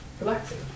relaxing